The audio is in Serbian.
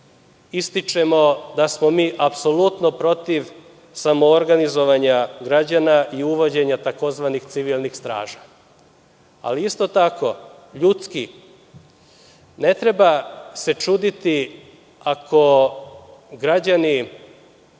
ističemo da smo mi apsolutno protiv samoorganizaovanja građana i uvođenja tzv. civilnih straža. Isto tako, ljudski ne treba se čuditi ako građani